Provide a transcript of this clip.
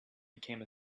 became